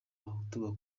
abahutu